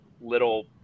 little